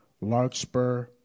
Larkspur